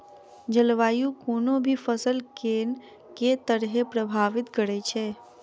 जलवायु कोनो भी फसल केँ के तरहे प्रभावित करै छै?